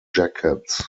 jackets